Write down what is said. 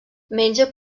menja